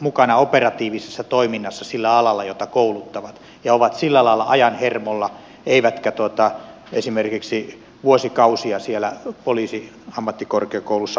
mukana myös operatiivisessa toiminnassa sillä alalla jota kouluttavat ja ovat sillä lailla ajan hermolla eivätkä esimerkiksi vuosikausia siellä poliisiammattikorkeakoulussa opettajana